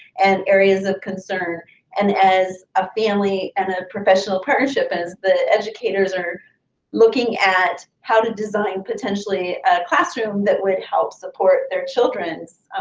and areas of concern and as a family and a professional partnership is, the educators are looking at how to design potentially a classroom that would help support their children's